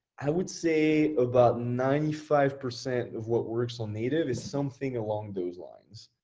i would say about ninety five percent of what works on native is something along those lines.